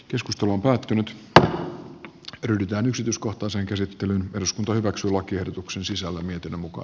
keskustelu ratkennut ryhdytään yksityiskohtaisen käsittelyn eduskunta hyväksyi lakiehdotuksen sisällä miten muka